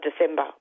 December